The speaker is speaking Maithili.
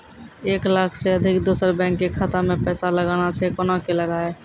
एक लाख से अधिक दोसर बैंक के खाता मे पैसा लगाना छै कोना के लगाए?